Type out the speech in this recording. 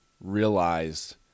realized